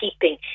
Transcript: keeping